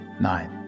nine